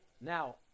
Now